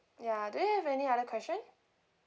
ya do you have any other question